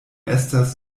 estas